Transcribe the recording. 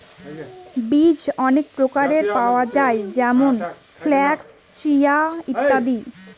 বীজ অনেক প্রকারের পাওয়া যায় যেমন ফ্লাক্স, চিয়া, ইত্যাদি